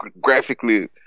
graphically